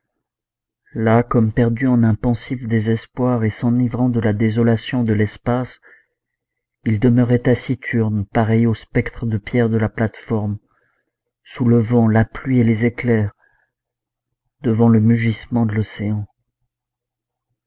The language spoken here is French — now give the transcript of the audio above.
là comme perdu en un pensif désespoir et s'enivrant de la désolation de l'espace il demeurait taciturne pareil aux spectres de pierre de la plate-forme sous le vent la pluie et les éclairs devant le mugissement de l'océan